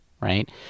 right